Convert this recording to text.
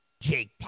Jake